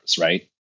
right